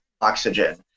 oxygen